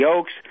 Oaks